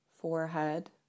Forehead